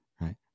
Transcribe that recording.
right